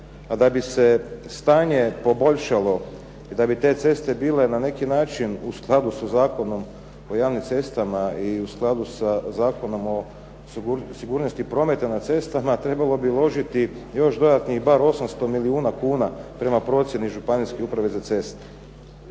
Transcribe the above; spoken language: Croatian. a da bi se stanje poboljšalo i da bi te ceste bile na neki način u skladu sa Zakonom o javnim cestama i u skladu sa Zakonom o sigurnosti prometa na cestama trebalo bi uložiti još dodatnih bar 800 milijuna kuna prema procjeni Županijske uprave za ceste.